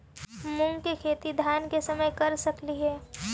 मुंग के खेती धान के समय कर सकती हे?